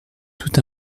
tout